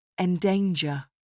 Endanger